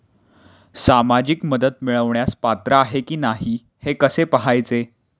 सामाजिक मदत मिळवण्यास पात्र आहे की नाही हे कसे पाहायचे?